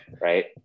Right